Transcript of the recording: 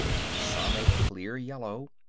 and some a clear yellow,